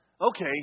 okay